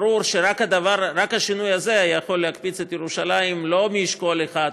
וברור שרק השינוי הזה יכול להקפיץ את ירושלים לא באשכול אחד,